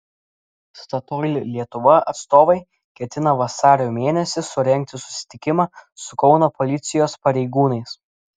statoil lietuva atstovai ketina vasario mėnesį surengti susitikimą su kauno policijos pareigūnais